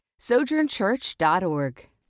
sojournchurch.org